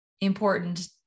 important